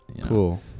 cool